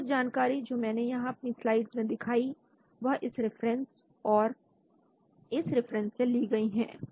तो कुछ जानकारी जो मैंने यहां अपनी स्लाइड्स में दिखाई वह इस रेफरेंस और इस रिफरेंस से ली गई है